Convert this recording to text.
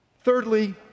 Thirdly